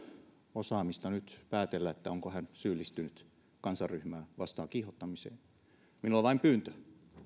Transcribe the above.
osaamista nyt päätellä onko hän syyllistynyt kansanryhmää vastaan kiihottamiseen minulla on vain pyyntö